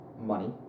money